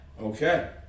Okay